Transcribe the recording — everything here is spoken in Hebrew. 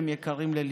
הם יקרים לליבנו.